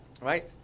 right